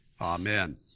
Amen